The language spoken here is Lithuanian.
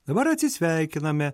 dabar atsisveikiname